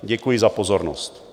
Děkuji za pozornost.